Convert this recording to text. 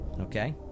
okay